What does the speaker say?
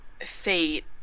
fate